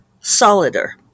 solider